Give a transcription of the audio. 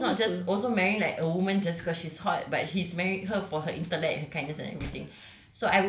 you can tell he's not just also married like a woman just because she's hot but he's married her for her intellect and kindness and everything